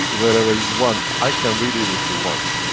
wherever you want. i can read it if you want?